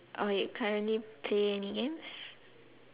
oh you currently playing any games